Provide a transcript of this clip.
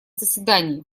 заседании